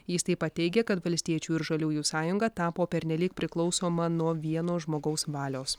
jis taip pat teigia kad valstiečių ir žaliųjų sąjunga tapo pernelyg priklausoma nuo vieno žmogaus valios